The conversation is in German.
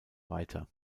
weiter